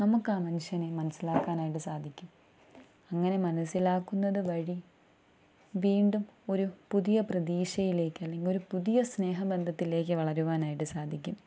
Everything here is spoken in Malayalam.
നമുക്കാമനുഷ്യനെ മനസ്സിലാക്കാനായിട്ട് സാധിക്കും അങ്ങനെ മനസ്സിലാക്കുന്നതു വഴി വീണ്ടും ഒരു പുതിയ പ്രതീക്ഷയിലേക്ക് അല്ലെങ്കിൽ ഒരു പുതിയ സ്നേഹബന്ധത്തിലേക്കു വളരുവാനായിട്ടു സാധിക്കും